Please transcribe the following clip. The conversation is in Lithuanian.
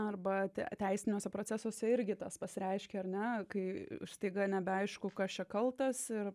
arba tei teisiniuose procesuose irgi tas pasireiškia ar ne kai staiga nebeaišku kas čia kaltas ir